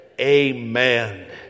amen